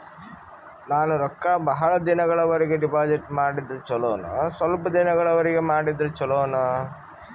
ನಾನು ರೊಕ್ಕ ಬಹಳ ದಿನಗಳವರೆಗೆ ಡಿಪಾಜಿಟ್ ಮಾಡಿದ್ರ ಚೊಲೋನ ಸ್ವಲ್ಪ ದಿನಗಳವರೆಗೆ ಮಾಡಿದ್ರಾ ಚೊಲೋನ?